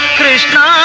krishna